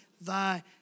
thy